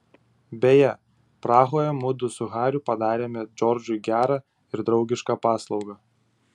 beje prahoje mudu su hariu padarėme džordžui gerą ir draugišką paslaugą